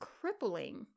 crippling